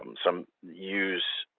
um some use